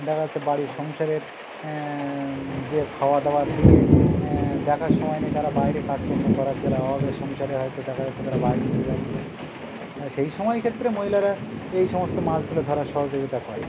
দেখা যাচ্ছে বাড়ির সংসারের যে খাওয়াদাওয়া দিয়ে দেখার সময় নেই তারা বাইরে কাজকর্ম করার যারা অভাবের সংসারে হয়তো দেখা যাচ্ছে তারা বাইরে থেকে যাচ্ছে সেই সময় ক্ষেত্রে মহিলারা এই সমস্ত মাছগুলো ধরার সহযোগিতা করে